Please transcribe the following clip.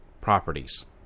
properties